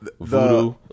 Voodoo